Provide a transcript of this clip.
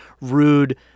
rude